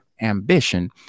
Ambition